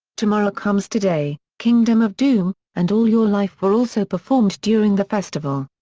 tomorrow comes today, kingdom of doom and all your life were also performed during the festival.